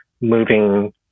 moving